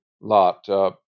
lot